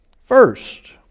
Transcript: first